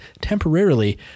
temporarily